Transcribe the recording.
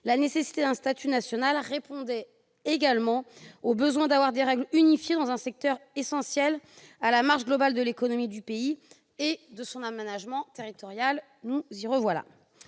nécessaire un statut national, qui répondait également au besoin d'établir des règles unifiées dans un secteur essentiel à la marche globale de l'économie du pays et à son aménagement territorial. Cela